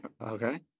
Okay